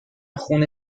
خون